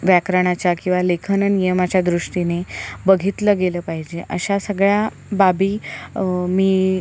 व्याकरणाच्या किंवा लेखन नियमाच्या दृष्टीने बघितलं गेलं पाहिजे अशा सगळ्या बाबी मी